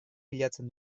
bilatzen